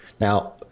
Now